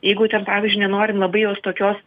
jeigu ten pavyzdžiui nenorim labai jos tokios